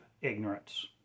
ignorance